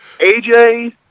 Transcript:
AJ